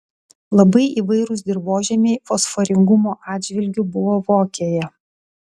labai įvairūs dirvožemiai fosforingumo atžvilgiu buvo vokėje